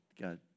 God